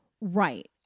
Right